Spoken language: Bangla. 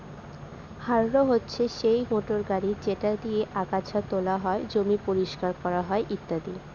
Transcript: হাররো হচ্ছে সেই মোটর গাড়ি যেটা দিয়ে আগাচ্ছা তোলা হয়, জমি পরিষ্কার করা হয় ইত্যাদি